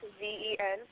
Z-E-N